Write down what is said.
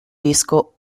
disco